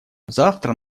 завтра